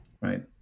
Right